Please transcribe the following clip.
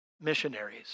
missionaries